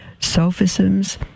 Sophisms